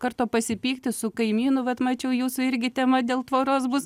karto pasipykti su kaimynu vat mačiau jūsų irgi temą dėl tvoros bus